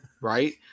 right